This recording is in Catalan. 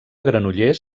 granollers